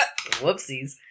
Whoopsies